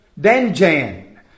Danjan